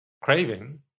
craving